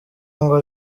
ngo